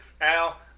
Al